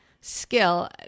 skill